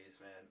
man